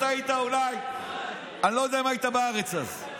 אתה היית אולי, אני לא יודע אם היית אז בארץ.